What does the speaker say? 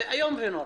זה נושא איום ונורא,